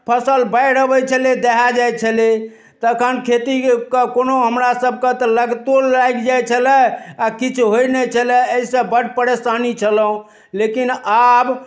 फसल बाढ़ि अबै छलै दहि जाइ छलै तखन खेती कऽ कऽ कोनो हमरा सभके तऽ लगितो लागि जाइ छलै आ किछु होइ नहि छलै एहिसँ बड परेशानी छलए लेकिन आब